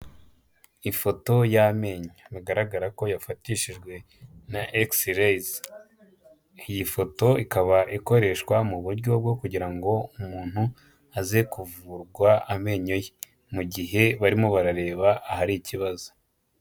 Ifoto y'amenyo bigaragara ko yafatishijwe na x-rays, iyi foto ikaba ikoreshwa mu buryo bwo kugira ngo umuntu aze kuvurwa amenyo ye, mu gihe barimo barareba ahari ikibazo.